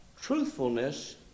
truthfulness